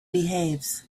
behaves